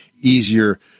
easier